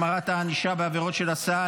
התשפ"ד 2024 החמרת הענישה בעבירות של הסעה,